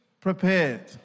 prepared